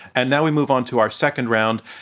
and now, we move onto our second round.